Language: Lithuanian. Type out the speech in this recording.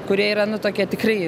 kurie yra nu tokie tikrai